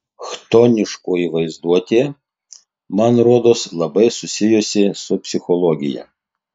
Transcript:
chtoniškoji vaizduotė man rodos labai susijusi su psichologija